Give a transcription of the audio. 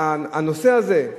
הנושא הזה,